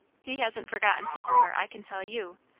he hasn't forgotten his part, i can tell you.